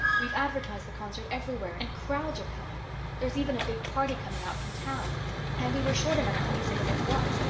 we've advertised the concert everywhere and crowds are coming there's even a big party coming out from town and we were short enough of music as it was.